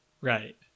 right